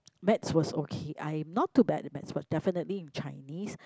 maths was okay I'm not too bad in maths but definitely in Chinese